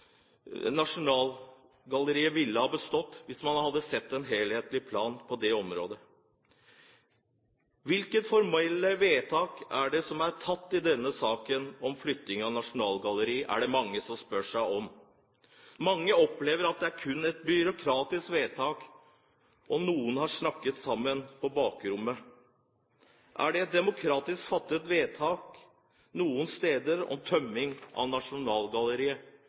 Nasjonalgalleriet ville ha bestått, hvis man hadde hatt en helhetlig plan for det området. Hvilket formelt vedtak som er tatt i denne saken om flytting av Nasjonalgalleriet, er det mange som spør om. Mange opplever at det kun er et byråkratisk vedtak, at noen har snakket sammen på bakrommet. Er det et demokratisk fattet vedtak noe sted om tømming av Nasjonalgalleriet,